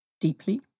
deeply